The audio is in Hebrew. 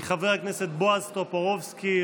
מחבר הכנסת בועז טופורובסקי,